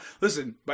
Listen